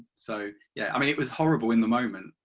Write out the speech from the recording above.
so yeah i mean it was horrible in the moment,